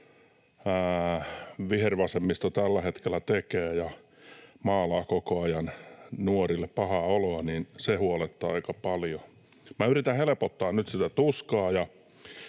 vihervasemmisto tällä hetkellä tekee ja maalaa koko ajan nuorille pahaa oloa, huolettaa aika paljon. Yritän helpottaa nyt sitä tuskaa,